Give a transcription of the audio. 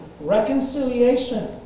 Reconciliation